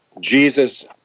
Jesus